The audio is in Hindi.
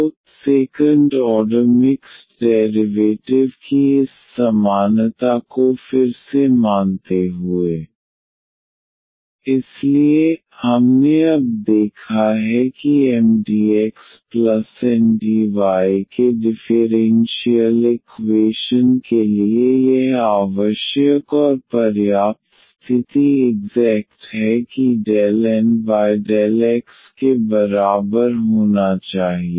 तो सेकंड ऑर्डर मिक्स्ड डेरिवेटिव की इस समानता को फिर से मानते हुए ∂xN ∂g∂y∂N∂x 2g∂x∂y ∂N∂x 2g∂y∂x ∂N∂x ∂y∂g∂x ∂N∂x ∂M∂y0 अब विचार करें fgxyN ∂g∂ydy dfMdxNdy fgxyN ∂g∂ydy ∂fdgdN ∂g∂ydy ∂g∂xdx∂g∂ydy∂xN ∂g∂ydydx∂yN ∂g∂ydydy ∂g∂xdx∂g∂ydyNdy ∂g∂ydy MdxNdy इसलिए हमने अब देखा है कि MdxNdy के डिफ़ेरेन्शियल इक्वेशन के लिए यह आवश्यक और पर्याप्त स्थिति इग्ज़ैक्ट है कि ∂N∂x के बराबर होना चाहिए